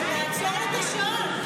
תעצור לה את השעון.